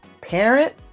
parent